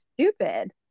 stupid